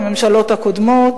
הממשלות הקודמות.